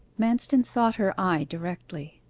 manston sought her eye directly.